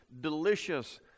delicious